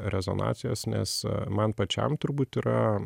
rezonacijos nes man pačiam turbūt yra